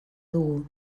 dugu